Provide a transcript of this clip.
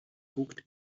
guckt